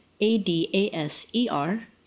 a-d-a-s-e-r